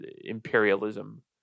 imperialism